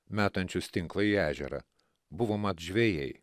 metančius tinklą į ežerą buvo mat žvejai